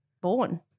born